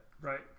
Right